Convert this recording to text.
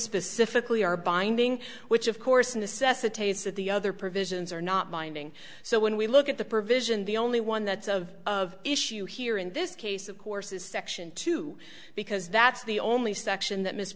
specifically are binding which of course necessitates that the other provisions are not binding so when we look at the provision the only one that's of of issue here in this case of course is section two because that's the only section that m